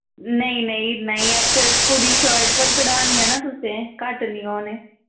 नेईं नेईं इन्ना गै पर पूरी शर्ट पर कड़हानी ऐ नां तुसें घट्ट निं होने